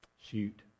Shoot